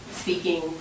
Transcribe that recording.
speaking